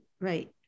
Right